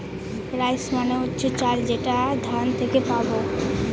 rice মানে হচ্ছে চাল যেটা ধান থেকে পাবো